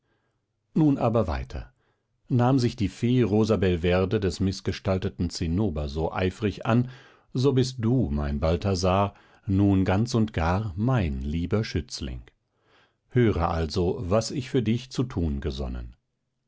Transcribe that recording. nun aber weiter nahm sich die fee rosabelverde des mißgestalteten zinnober so eifrig an so bist du mein balthasar nun ganz und gar mein lieber schützling höre also was ich für dich zu tun gesonnen